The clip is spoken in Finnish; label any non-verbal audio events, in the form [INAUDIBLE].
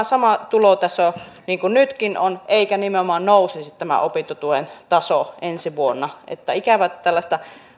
[UNINTELLIGIBLE] sama tulotaso niin kuin nytkin on eikä nimenomaan nousisi opintotuen taso ensi vuonna ikävä että tällaista